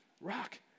Rock